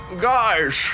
Guys